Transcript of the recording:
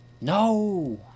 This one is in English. No